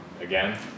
Again